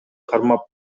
кармап